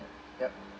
yup